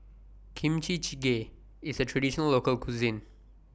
Kimchi Jjigae IS A Traditional Local Cuisine